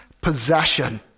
possession